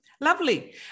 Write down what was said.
Lovely